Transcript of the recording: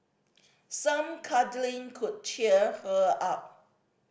some cuddling could cheer her up